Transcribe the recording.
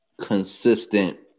consistent